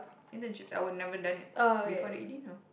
internships I will never done it before the E_D no